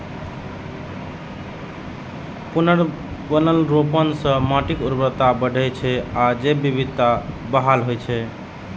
पुनर्वनरोपण सं माटिक उर्वरता बढ़ै छै आ जैव विविधता बहाल होइ छै